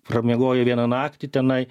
pramiegojo vieną naktį tenai